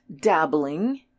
dabbling